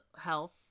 health